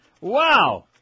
Wow